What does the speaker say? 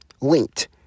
linked